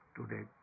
Today